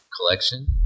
collection